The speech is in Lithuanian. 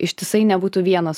ištisai nebūtų vienas